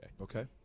Okay